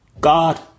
god